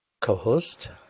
co-host